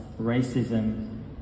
racism